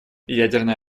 ядерное